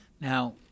Now